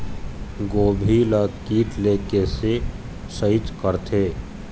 गोभी ल कीट ले कैसे सइत करथे?